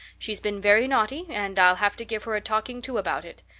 she's been very naughty and i'll have to give her a talking to about it.